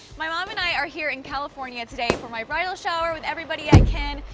my mom and i are here in california today for my bridal shower with everybody at kin,